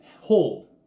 hold